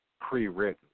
pre-written